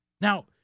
Now